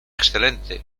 excelente